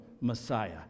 Messiah